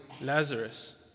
Lazarus